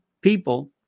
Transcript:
people